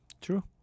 True